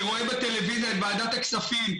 אני רואה בטלוויזיה את ועדת הכספים.